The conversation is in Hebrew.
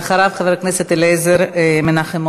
לתקן גם את מה שצריך לתקן,